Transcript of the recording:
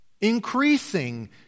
Increasing